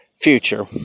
future